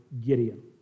Gideon